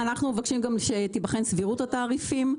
שאנחנו מבקשים שתיבחן גם סבירות התעריפים.